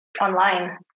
online